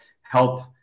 help